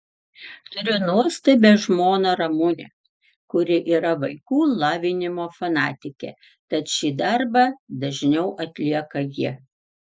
turiu nuostabią žmoną ramunę kuri yra vaikų lavinimo fanatikė tad šį darbą dažniau atlieka ji